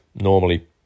Normally